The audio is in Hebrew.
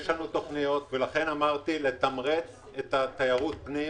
יש לנו תכניות לתמרץ את תיירות הפנים,